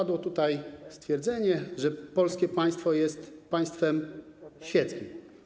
Padło tutaj stwierdzenie, że polskie państwo jest państwem świeckim.